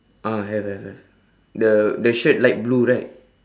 ah have have have the the shirt light blue right